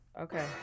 Okay